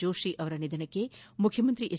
ಜೋಷಿ ಅವರ ನಿಧನಕ್ಕೆ ಮುಖ್ಯಮಂತ್ರಿ ಎಚ್